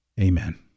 Amen